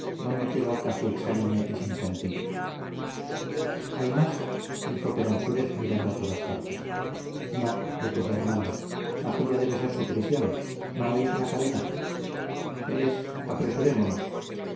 donde quedó casi exánime y sin sentido hay más dijo peransúrez mirando a todas partes no repuso hernando aquélla debe ser su prisión no oís una cadena él es apresurémonos